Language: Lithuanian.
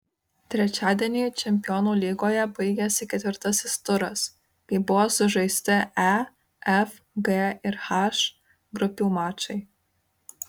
trečiadienį čempionų lygoje baigėsi ketvirtasis turas kai buvo sužaisti e f g ir h grupių mačai